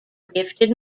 gifted